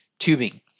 tubing